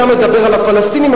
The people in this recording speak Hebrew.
אתה מדבר על הפלסטינים,